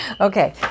Okay